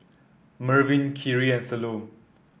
Mervin Khiry and Salome